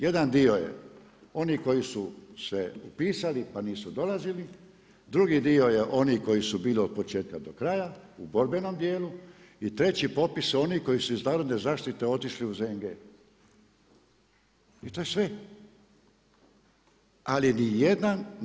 Jedan dio je oni koji su se upisali pa nisu dolazili, drugi dio oni koji su bili od početka do kraja u borbenom dijelu i treći popis je onih koji su iz narodne zaštite otišli u ZNG i to je sve.